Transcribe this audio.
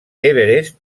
everest